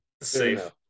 safe